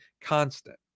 constant